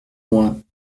moins